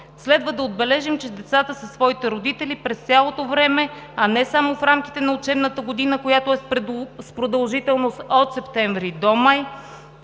Следва да отбележим, че децата със своите родители през цялото време, а не само в рамките на учебната година, която е с продължителност от септември до май,